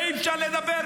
ואי-אפשר לדבר.